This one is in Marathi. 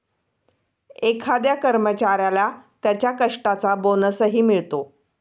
एखाद्या कर्मचाऱ्याला त्याच्या कष्टाचा बोनसही मिळतो